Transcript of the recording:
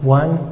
one